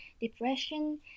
depression